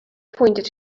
pointed